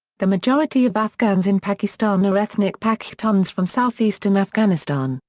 the majority of afghans in pakistan are ethnic pakhtuns from southeastern afghanistan,